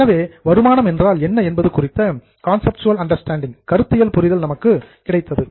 எனவே வருமானம் என்றால் என்ன என்பது குறித்த கன்சப்சுவல் அண்டர்ஸ்டாண்டிங் கருத்தியல் புரிதல் நமக்கு கிடைத்தது